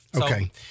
okay